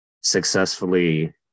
successfully